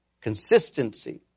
Consistency